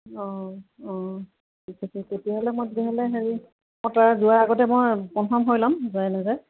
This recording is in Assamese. অঁ অঁ ঠিক আছে তেতিয়াহ'লে মই তেতিয়াহ'লে হেৰি মই তাৰ যোৱাৰ আগতে মই কনফাৰ্ম হৈ ল'ম যায় নাযায়